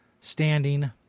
standing